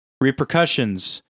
Repercussions